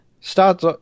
Starts